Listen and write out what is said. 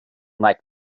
like